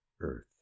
Earth